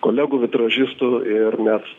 kolegų vitražistų ir mes